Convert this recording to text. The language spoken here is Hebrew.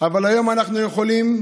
אבל היום אנחנו יכולים,